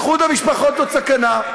איחוד המשפחות הוא סכנה,